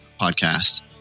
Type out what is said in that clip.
podcast